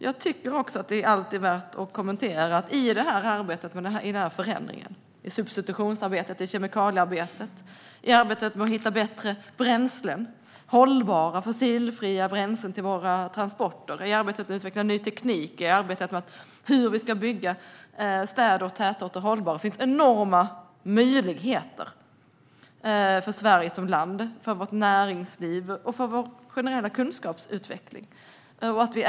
Det är också alltid värt att kommentera att det i arbetet med denna förändring, i substitutionsarbetet, i kemikaliearbetet, i arbetet med att hitta bättre bränslen, hållbara fossilfria bränslen till våra transporter, i arbetet med att utveckla ny teknik och i arbetet med hur vi ska bygga städer och tätorter hållbara finns enorma möjligheter för Sverige som land, för vårt näringsliv och för vår generella kunskapsutveckling.